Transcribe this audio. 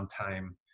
time